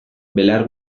belar